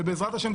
ובעזרת השם,